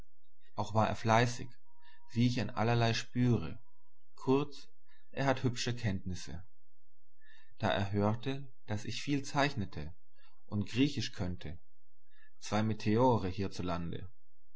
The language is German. auch war er fleißig wie ich an allerlei spüre kurz er hat hübsche kenntnisse da er hörte daß ich viel zeichnete und griechisch könnte zwei meteore hierzulande